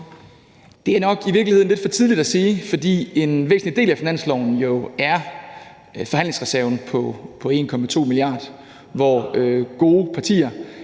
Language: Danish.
Det er nok i virkeligheden lidt for tidligt at sige, fordi en væsentlig del af finansloven jo er forhandlingsreserven på 1,2 mia. kr., hvor gode partier,